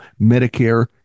Medicare